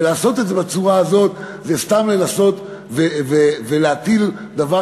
ולעשות את זה בצורה הזאת זה סתם לנסות ולהטיל דבר